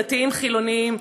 דתיים חילונים,